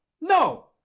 No